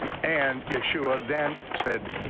and yeshua then said,